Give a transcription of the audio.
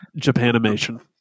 Japanimation